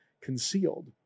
concealed